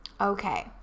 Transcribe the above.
Okay